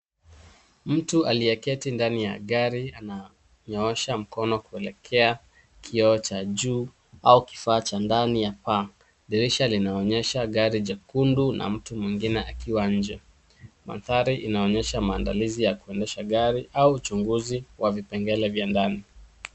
Mtu aliyeketi ndani ya gari ananyoosha mkono kuelekea kioo cha juu au kifaa cha ndani ya paa. Dirisha linaonyesha gari jekundu na mtu mwingine akiwa nje mandhari inaonyesha maandalishi ya kuendesha gari au uchunguzj wa vipengele vya ndani.